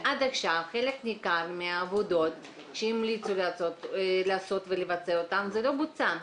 ועד עכשיו חלק ניכר מהעבודות שהמליצו לעשות ולבצע לא בוצעו.